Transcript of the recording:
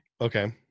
Okay